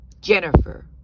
Jennifer